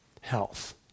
health